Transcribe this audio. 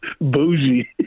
Bougie